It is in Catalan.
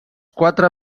quatre